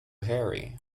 harry